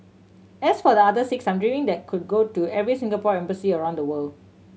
as for the other six I'm dreaming that could go to every Singapore embassy around the world